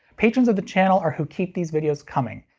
patrons of the channel are who keep these videos coming.